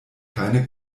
keine